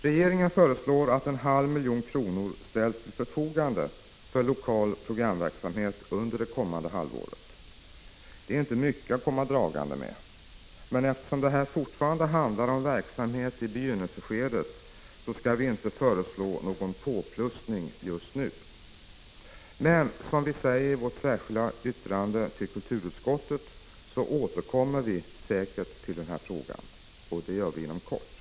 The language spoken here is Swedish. Regeringen föreslår att en halv miljon kronor ställs till förfogande för lokal programverksamhet under det kommande halvåret. Det är inte mycket att komma dragande med. Eftersom det här fortfarande handlar om en verksamhet i begynnelseskedet, så skall vi emellertid inte föreslå någon påplussning just nu. Men som vi säger i vårt särskilda yttrande till kulturutskottets betänkande återkommer vi säkerligen till frågan, och det gör vi inom kort.